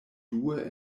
due